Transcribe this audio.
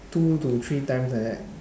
two to three times like that